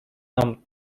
нам